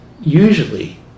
usually